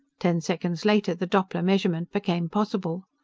ten seconds later the doppler measurement became possible.